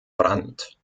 brandt